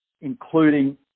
including